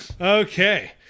Okay